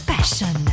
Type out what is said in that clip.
Passion